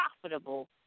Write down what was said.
profitable